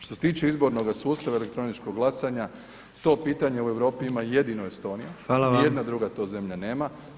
Što se tiče izbornoga sustava elektroničkog glasanja to pitanje u Europi ima jedino Estonija, nijedna druga to zemlja nema.